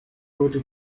wurde